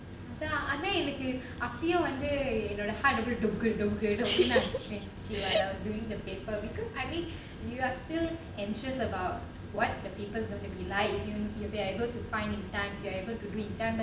அதான் எனக்கு அப்பையும் வந்து என்னோடு:athaan enakku appaiyud cantu ennodu heart அப்படியே டுபுக்கு டுபுக்கு டுபுக்குனு அடிச்சிட்டு இருந்துச்சு:appadiyae dupukku duppuku duppukkunu adichitti irunthuchu while I was doing the paper because I mean you are still anxious about what's the paper is gonna be like if you if you able to find in time if you are able to do in time